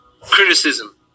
criticism